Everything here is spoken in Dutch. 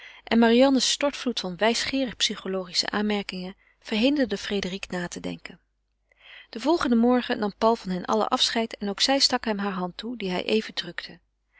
en marianne's stortvloed van wijsgeerig psychologische aanmerkingen verhinderde frédérique na te denken den volgenden morgen nam paul van hen allen afscheid en ook zij stak hem hare hand toe die hij even drukte